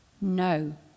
No